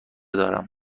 دارم